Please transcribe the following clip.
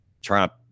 Trump